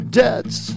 debts